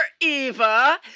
Eva